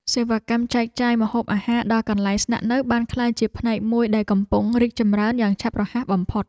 សេវាកម្មចែកចាយម្ហូបអាហារដល់កន្លែងស្នាក់នៅបានក្លាយជាផ្នែកមួយដែលកំពុងរីកចម្រើនយ៉ាងឆាប់រហ័សបំផុត។